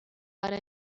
para